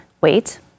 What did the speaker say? wait